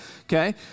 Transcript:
Okay